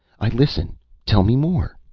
i listen tell me more.